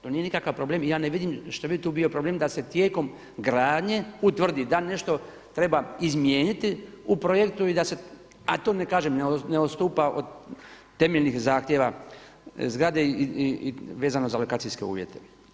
To nije nikakav problem i ja ne vidim što bi tu bio problem da se tijekom gradnje utvrdi da nešto treba izmijeniti u projektu i da se, a to ne kažem ne odstupa od temeljnih zahtjeva zgrade i vezano za lokacijske uvjete.